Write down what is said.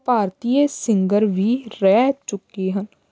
ਭਾਰਤੀ singer ਵੀ ਰਹਿ ਚੁੱਕੇ ਹਨ